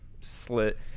slit